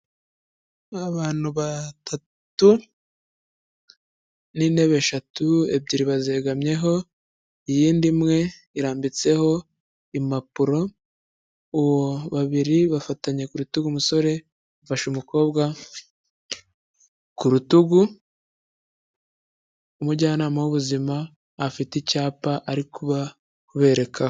Abantu batatu n'intebe eshatu ebyiri bazegamyeho, iyindi imwe irambitseho impapuro, babiri bafatanye ku rutugu, umusore afashe umukobwa ku rutugu, umujyanama w'ubuzima afite icyapa ari kuba aberekaho.